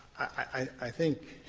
i think,